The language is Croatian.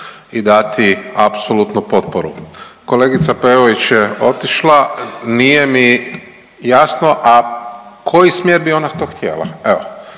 i dati apsolutnu potporu. Kolegica Peović je otišla, nije mi jasno, a koji smjer bi ona to htjela